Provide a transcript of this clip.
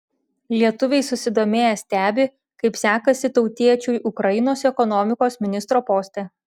lietuviai susidomėję stebi kaip sekasi tautiečiui ukrainos ekonomikos ministro poste